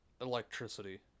electricity